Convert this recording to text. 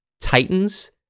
titans